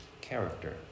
character